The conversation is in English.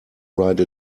ride